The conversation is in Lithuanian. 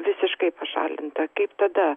visiškai pašalinta kaip tada